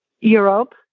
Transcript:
Europe